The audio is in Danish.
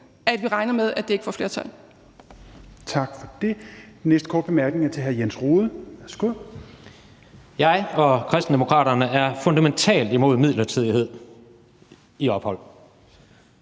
vi regner med, at det ikke får flertal.